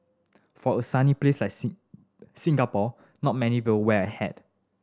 for a sunny place like Singapore not many people wear a hat